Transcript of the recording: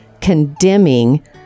condemning